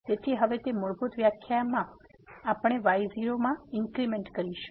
તેથી હવે તે મૂળભૂત વ્યાખ્યામાં આપણે y0 માં ઇન્ક્રીમેન્ટ કરીશું